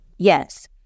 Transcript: Yes